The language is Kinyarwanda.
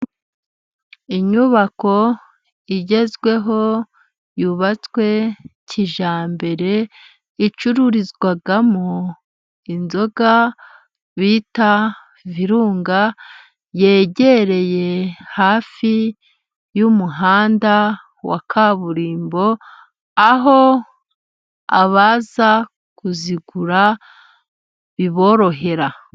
Inyubako igezweho yubatswe kijyambere icururizwamo inzoga bita virunga, yegereye hafi y'umuhanda wa kaburimbo aho abaza kuzigura biborohera.